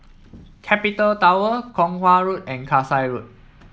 Capital Tower Kong Hwa Road and Kasai Road